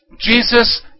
Jesus